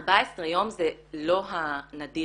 14 יום זה לא הנדיר,